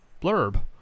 blurb